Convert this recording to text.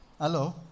Hello